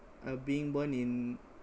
uh being born in